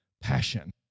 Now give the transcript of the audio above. passion